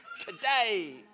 today